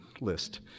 list